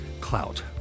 clout